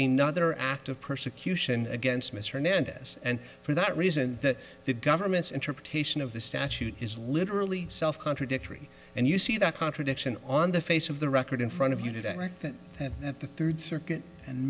another act of persecution against mr hernandez and for that reason that the government's interpretation of the statute is literally self contradictory and you see that contradiction on the face of the record in front of you didn't write that at the third circuit and